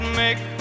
make